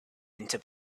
into